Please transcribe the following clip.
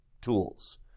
tools